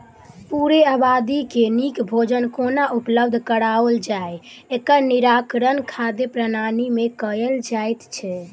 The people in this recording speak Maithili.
पूरे आबादी के नीक भोजन कोना उपलब्ध कराओल जाय, एकर निराकरण खाद्य प्रणाली मे कयल जाइत छै